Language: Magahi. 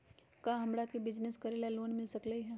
का हमरा के बिजनेस करेला लोन मिल सकलई ह?